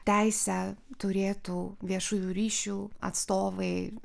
teisę turėtų viešųjų ryšių atstovai